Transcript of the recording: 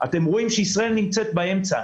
אתם רואים שישראל נמצאת באמצע.